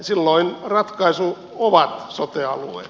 silloin ratkaisu on sote alueet